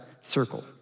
circle